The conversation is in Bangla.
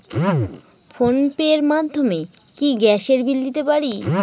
ফোন পে র মাধ্যমে কি গ্যাসের বিল দিতে পারি?